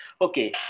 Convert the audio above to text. Okay